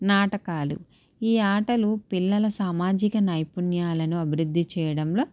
నాటకాలు ఈ ఆటలు పిల్లల సామాజిక నైపుణ్యాలను అభివృద్ధి చేయడంలో